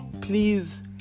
please